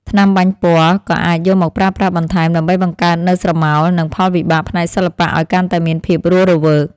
ថ្នាំបាញ់ពណ៌ ក៏អាចយកមកប្រើប្រាស់បន្ថែម ដើម្បីបង្កើតនូវស្រមោល និងផលវិបាកផ្នែកសិល្បៈឱ្យកាន់តែមានភាពរស់រវើក។